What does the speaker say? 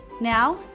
Now